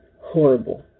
horrible